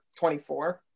24